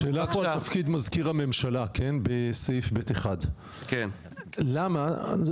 שאלה פה על תפקיד מזכיר הממשלה בסעיף ב' 1. אבל רגע,